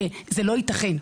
שזה לא ייתכן,